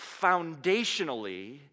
foundationally